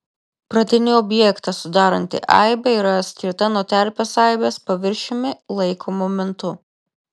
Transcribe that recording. pradinį objektą sudaranti aibė yra atskirta nuo terpės aibės paviršiumi laiko momentu